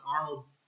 Arnold